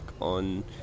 on